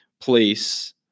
place